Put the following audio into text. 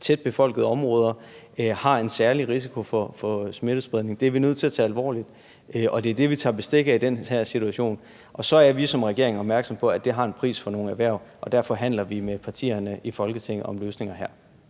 tæt befolkede områder har en særlig risiko for smittespredning. Det er vi nødt til at tage alvorligt. Og det er det, vi tager bestik af i den her situation. Og så er vi som regering opmærksomme på, at det har en pris for nogle erhverv, og der forhandler vi med partierne i Folketinget om løsninger her.